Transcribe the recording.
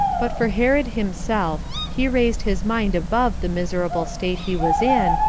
but for herod himself, he raised his mind above the miserable state he was in,